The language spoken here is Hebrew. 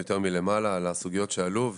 יותר מלמעלה על הסוגיות שעלו,